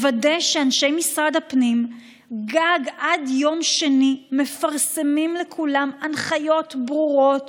לוודא שאנשי משרד הפנים עד יום שני גג מפרסמים לכולם הנחיות ברורות